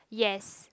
yes